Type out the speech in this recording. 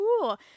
cool